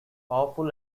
powerful